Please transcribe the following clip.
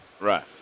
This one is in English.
Right